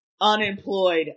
unemployed